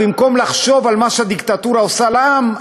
במקום לחשוב על מה שהדיקטטורה עושה לעם,